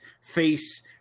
face